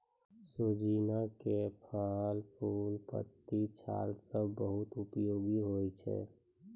सोजीना के फल, फूल, पत्ती, छाल सब बहुत उपयोगी होय छै